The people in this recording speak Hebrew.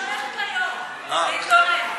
אני הולכת ליו"ר להתלונן.